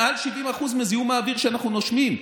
מעל 70% מזיהום האוויר שאנחנו נושמים,